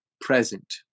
present